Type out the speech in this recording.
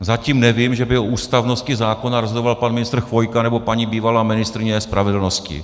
Zatím nevím, že by o ústavnosti zákona rozhodoval pan ministr Chvojka nebo paní bývalá ministryně spravedlnosti.